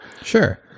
Sure